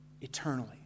eternally